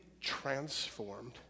transformed